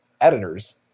editors